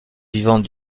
vivante